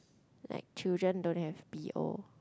like children don't have B_O